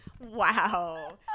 wow